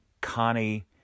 Connie